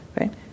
right